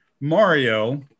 Mario